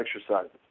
exercises